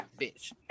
bitch